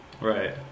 Right